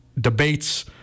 debates